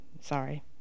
sorry